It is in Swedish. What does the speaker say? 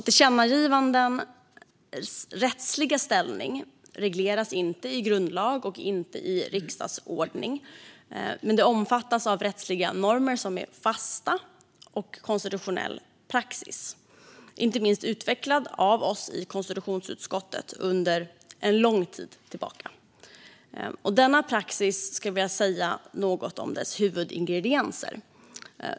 Tillkännagivandens rättsliga ställning regleras varken i grundlag eller riksdagsordning, men de omfattas av rättsliga normer som är fasta och konstitutionell praxis, inte minst utvecklad av konstitutionsutskottet sedan lång tid tillbaka. Jag ska säga något om denna praxis huvudingredienser.